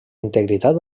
integritat